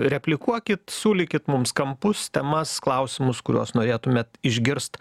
replikuokit siūlykit mums kampus temas klausimus kuriuos norėtumėt išgirsti